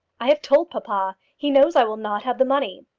i have told papa. he knows i will not have the money.